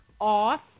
off